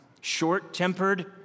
short-tempered